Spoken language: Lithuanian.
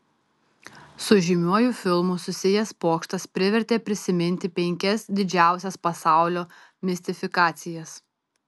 su žymiuoju filmu susijęs pokštas privertė prisiminti penkias didžiausias pasaulio mistifikacijas